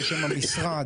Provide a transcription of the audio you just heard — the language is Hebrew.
בשם המשרד,